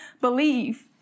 believe